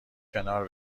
کنار